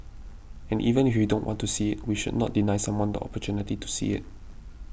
and even if we don't want to see we should not deny someone the opportunity to see it